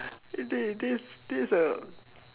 eh thi~ this this a